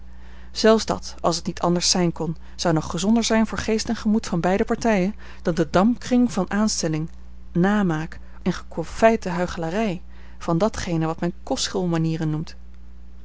zelfs dat als t niet anders zijn kon zou nog gezonder zijn voor geest en gemoed van beide partijen dan de dampkring van aanstelling namaak onnatuur en geconfijte huichelarij van datgene wat men kostschoolmanieren noemt